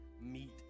meet